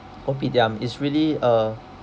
kopitiam is really a